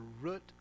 root